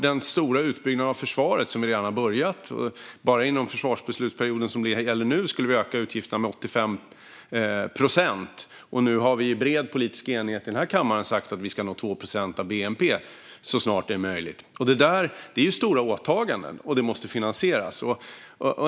Den stora utbyggnaden av försvaret har vi redan påbörjat. Bara inom den försvarsbeslutsperiod som det nu gäller skulle vi öka utgifterna med 85 procent. Nu har vi i bred politisk enighet i den här kammaren sagt att vi ska nå 2 procent av bnp så snart det är möjligt. Detta är stora åtaganden som måste finansieras.